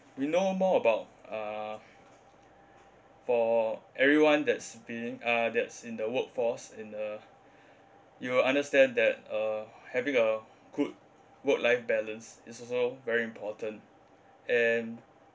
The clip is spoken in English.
we know more about uh for everyone that's being uh that's in the workforce in a you will understand that uh having a good work life balance is also very important and